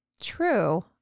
True